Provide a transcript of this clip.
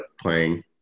playing